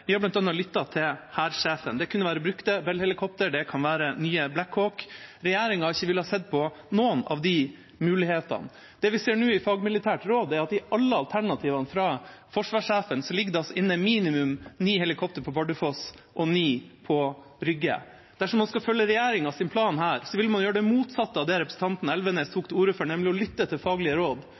Vi har bl.a. lyttet til hærsjefen. Det kan være brukte Bell-helikopter, det kan være nye Black Hawk. Regjeringa har ikke villet se på noen av de mulighetene. Det vi ser nå i fagmilitært råd, er at i alle alternativene fra forsvarsjefen ligger det inne minimum ni helikopter på Bardufoss og ni på Rygge. Dersom man skal følge regjeringas plan her, vil man gjøre det motsatte av det representanten Elvenes tok til orde for, nemlig å lytte til faglige råd,